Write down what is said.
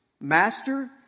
Master